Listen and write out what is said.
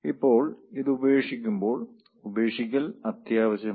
ഇപ്പോൾ ഇത് ഉപേക്ഷിക്കുമ്പോൾ ഉപേക്ഷിക്കൽ അത്യാവശ്യമാണ്